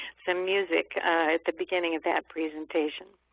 some music at the beginning of that presentation.